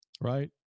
right